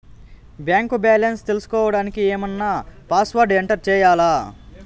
Bank balance తెలుసుకోవడానికి ఏమన్నా password enter చేయాలా?